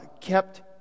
kept